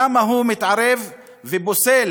למה הוא מתערב ופוסל